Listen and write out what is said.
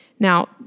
Now